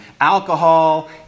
alcohol